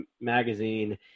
magazine